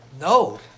No